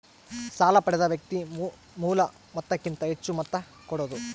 ಸಾಲ ಪಡೆದ ವ್ಯಕ್ತಿ ಮೂಲ ಮೊತ್ತಕ್ಕಿಂತ ಹೆಚ್ಹು ಮೊತ್ತ ಕೊಡೋದು